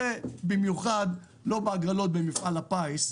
הרי במיוחד לא בהגרלות במפעל הפיס,